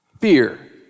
Fear